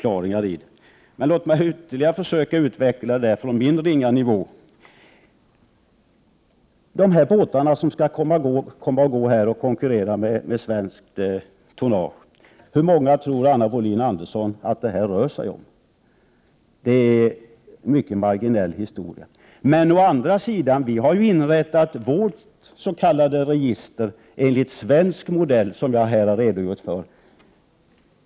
Låt mig då ytterligare försöka utveckla detta utifrån min ringa nivå. Hur många båtar som kan komma och gå och konkurrera med svenskt tonnage tror Anna Wohlin-Andersson att det rör sig om? Det är en mycket marginell del. Vi har inrättat vårt s.k. register enligt svensk modell, vilket jag har redogjort för.